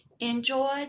Enjoy